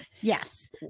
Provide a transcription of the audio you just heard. Yes